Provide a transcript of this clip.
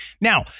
Now